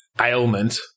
ailment